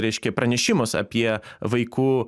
reiškia pranešimas apie vaikų